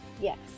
Yes